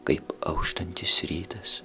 kaip auštantis rytas